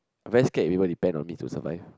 very scare if you were depends on me in sometimes